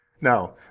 Now